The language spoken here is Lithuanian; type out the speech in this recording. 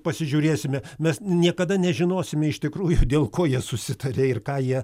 pasižiūrėsime mes niekada nežinosime iš tikrųjų dėl ko jie susitarė ir ką jie